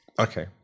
Okay